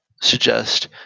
suggest